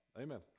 Amen